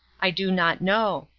i do not know,